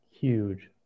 Huge